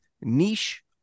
niche